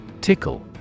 Tickle